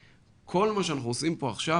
כל מה שאנחנו עושים פה עכשיו